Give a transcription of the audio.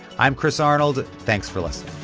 i'm chris arnold. thanks for listening